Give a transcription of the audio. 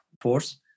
force